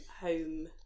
home